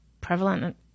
prevalent